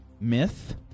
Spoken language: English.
Myth